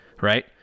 right